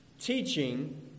teaching